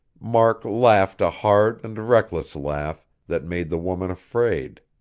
mark laughed a hard and reckless laugh that made the woman afraid.